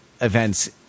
events